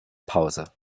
pause